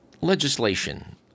legislation